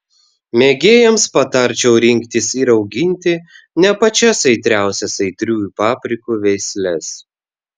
mėgėjams patarčiau rinktis ir auginti ne pačias aitriausias aitriųjų paprikų veisles